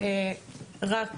בבקשה.